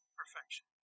perfection